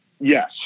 yes